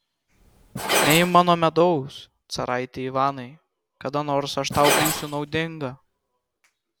neimk mano medaus caraiti ivanai kada nors aš tau būsiu naudinga